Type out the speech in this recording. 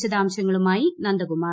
വിശദാംശങ്ങളുമായി നന്ദകുമാർ